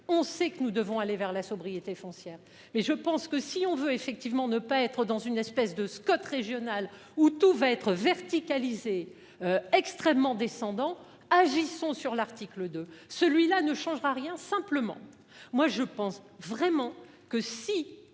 On sait que nous devons aller vers la sobriété foncière mais je pense que si on veut effectivement ne pas être dans une espèce de Scott régional où tout va être vertical Izé. Extrêmement descendant agissons sur l'article 2, celui-là ne changera rien, simplement moi je pense vraiment que si